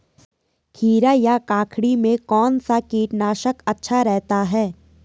खीरा या ककड़ी में कौन सा कीटनाशक अच्छा रहता है?